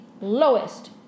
lowest